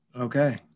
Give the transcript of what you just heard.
Okay